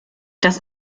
das